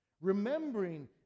Remembering